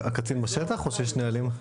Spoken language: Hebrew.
הקצין בשטח או שיש נהלים?